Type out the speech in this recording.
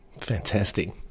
Fantastic